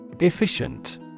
Efficient